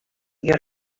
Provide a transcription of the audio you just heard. your